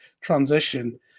transition